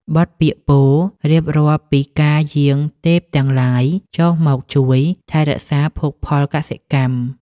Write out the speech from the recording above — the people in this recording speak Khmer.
បទពាក្យពោលរៀបរាប់ពីការយាងទេពទាំងឡាយ ចុះមកជួយថែរក្សាភោគផលកសិកម្ម។